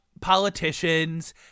politicians